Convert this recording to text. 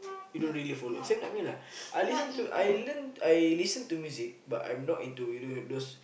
you don't really follow same like me lah I listen to I learn I listen to music but I'm not into you know those